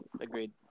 Agreed